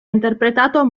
interpretato